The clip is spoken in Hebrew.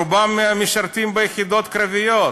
רובם משרתים ביחידות קרביות.